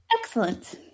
excellent